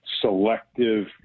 selective